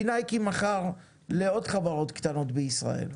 כי נייקי מכרה לעוד חברות קטנות בישראל.